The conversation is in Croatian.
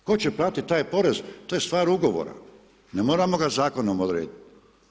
Tko će platiti taj porez, to je stvar ugovora, ne moramo ga zakonom odrediti.